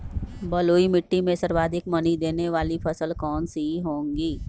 बलुई मिट्टी में सर्वाधिक मनी देने वाली फसल कौन सी होंगी?